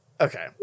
okay